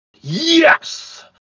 Yes